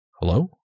Hello